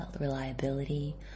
reliability